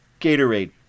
Gatorade